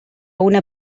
una